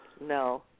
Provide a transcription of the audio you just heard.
No